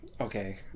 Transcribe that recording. Okay